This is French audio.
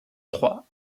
trois